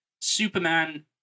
Superman